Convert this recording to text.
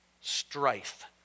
strife